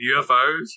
UFOs